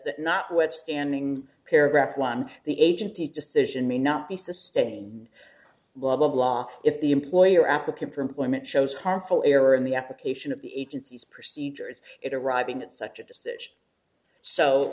that notwithstanding paragraph one the agency decision may not be sustained blah blah blah if the employer applicant for employment shows counsel error in the application of the agency's procedures it arriving at such a decision so